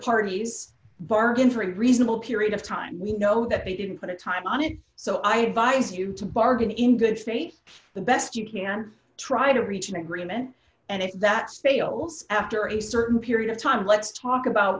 parties bargain for a reasonable period of time we know that they didn't put a time on it so i advise you to bargain in good faith the best you can try to reach an agreement and if that's tails after a certain period of time let's talk about